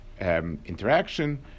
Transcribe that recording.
interaction